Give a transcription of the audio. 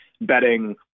betting